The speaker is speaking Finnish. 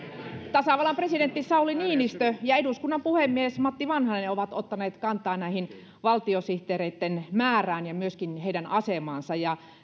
tasavallan presidentti sauli niinistö ja eduskunnan puhemies matti vanhanen ovat ottaneet kantaa näihin valtiosihteereitten määriin ja myöskin heidän asemaansa ja